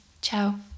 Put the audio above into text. Ciao